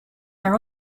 are